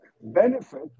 benefit